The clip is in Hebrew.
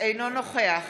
אינו נוכח